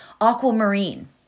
aquamarine